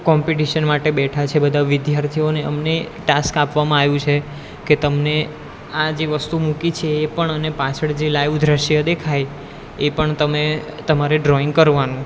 competition માટે બેઠા છે બધા વિદ્યાર્થીઓને અમને ટાસ્ક આપવામાં આવ્યું છે કે તમને આ જે વસ્તુ મૂકી છે એ પણ અને પાછળ જે લાઈવ દૃશ્ય દેખાય એ પણ તમે તમારે ડ્રોઈંગ કરવાનું